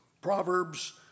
Proverbs